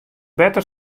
better